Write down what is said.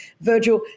Virgil